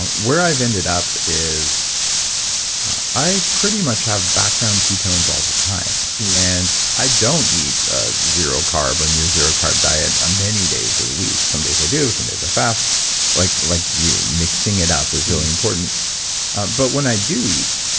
where i've ended up is i pretty much have background ketones all the time and i don't eat ah zero-carb or near zero-carb diet on many days of the week. some days i do, some days i fast like like you, mixing it up is really important but when i do eat